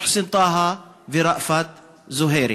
מוחסן טאהא וראפת זוהיירי.